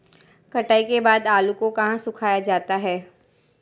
कटाई के बाद आलू को कहाँ सुखाया जाता है?